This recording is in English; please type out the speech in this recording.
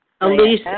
Elise